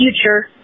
future